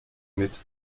mit